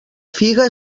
figa